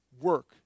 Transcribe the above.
work